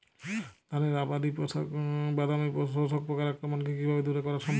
ধানের বাদামি শোষক পোকার আক্রমণকে কিভাবে দূরে করা সম্ভব?